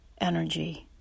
energy